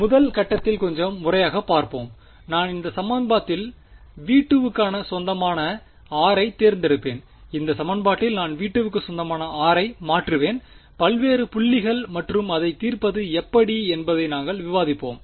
எனவே முதல் கட்டத்தில் கொஞ்சம் முறையாகப் பார்ப்போம் நான் இந்த சமன்பாட்டில் V2 வுக்கு சொந்தமான r ஐத் தேர்ந்தெடுப்பேன் இந்த சமன்பாட்டில் நான்V2 க்கு சொந்தமான r ஐ மாற்றுவேன் பல்வேறு புள்ளிகள் மற்றும்அதைத் தீர்ப்பது எப்படி என்பதை நாங்கள் விவாதிப்போம்